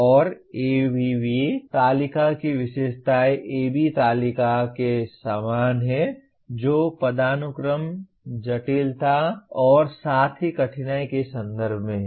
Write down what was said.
और ABV तालिका की विशेषताएं AB तालिका के समान हैं जो पदानुक्रम जटिलता और साथ ही कठिनाई के संदर्भ में हैं